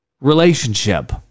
relationship